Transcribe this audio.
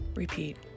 Repeat